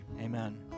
Amen